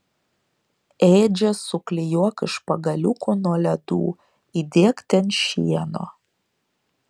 ėdžias suklijuok iš pagaliukų nuo ledų įdėk ten šieno